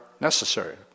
necessary